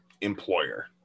employer